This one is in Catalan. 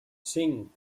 cinc